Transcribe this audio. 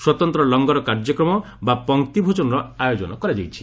ସ୍ୱତନ୍ତ୍ର ଲଙ୍ଗର କାର୍ଯ୍ୟକ୍ରମ ବା ପଙ୍କ୍ତି ଭୋଜନର ଆୟୋଜନ କରାଯାଇଛି